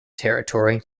territory